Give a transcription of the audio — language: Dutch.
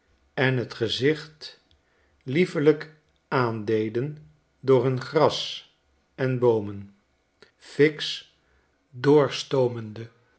en net gezicht liefelijk aandeden door hun gras en boomen fiks doorstoomende